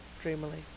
dreamily